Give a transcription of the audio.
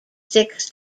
six